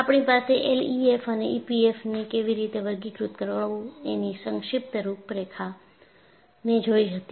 આપણી પાસે એલઈએફએમ અને ઈપીએફએમ ને કેવી રીતે વર્ગીકૃત કરવું એની સંક્ષિપ્ત રૂપરેખાને જોઈ હતી